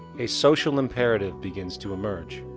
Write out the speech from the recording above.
a social imperative begins to emerge.